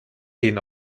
gehen